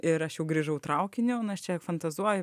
ir aš jau grįžau traukiniu nu aš čia fantazuoju